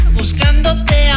buscándote